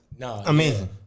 Amazing